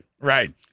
Right